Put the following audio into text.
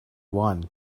won